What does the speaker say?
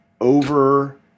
over